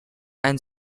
and